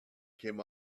came